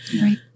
Right